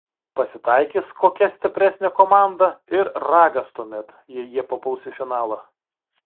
pasitaikys kokia stipresnė komanda ir ragas tuomet jei jie papuls į finalą